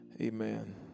Amen